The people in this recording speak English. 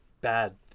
bad